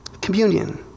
Communion